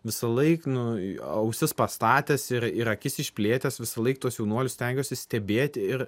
visą laiką nu ausis pastatęs ir ir akis išplėtęs visąlaik tuos jaunuolius stengiuosi stebėti ir